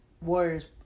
Warriors